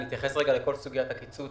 אני אתייחס רגע לכל סוגיית הקיצוץ